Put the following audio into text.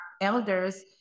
elders